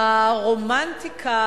הרומנטיקה,